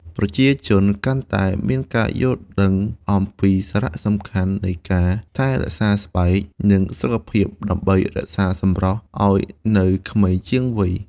ប្រជាជនកាន់តែមានការយល់ដឹងអំពីសារៈសំខាន់នៃការថែរក្សាស្បែក និងសុខភាព ដើម្បីរក្សាសម្រស់ឱ្យនៅក្មេងជាងវ័យ។